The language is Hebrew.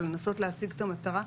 ולנסות להשיג את המטרה,